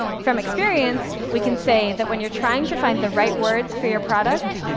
from experience, we can say that when you're trying to find the right words for your product,